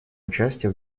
участие